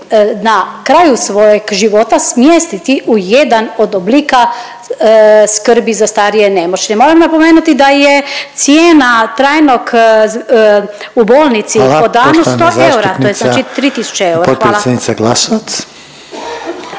na kraju svojeg života smjestiti u jedan od oblika skrbi za starije i nemoćne. Moram napomenuti da je cijena trajnog u bolnici …/Upadica Reiner: Hvala./… po danu 100 eura. To je znači 3.000 eura. Hvala.